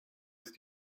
ist